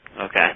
Okay